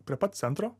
prie pat centro